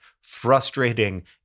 frustrating